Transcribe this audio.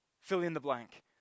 fill-in-the-blank